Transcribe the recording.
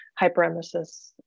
hyperemesis